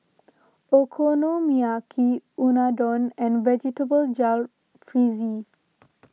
Okonomiyaki Unadon and Vegetable Jalfrezi